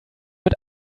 mit